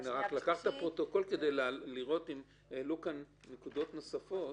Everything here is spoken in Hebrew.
צריך לקחת את הפרוטוקול על מנת לראות אם הועלו פה נקודות נוספות.